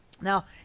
Now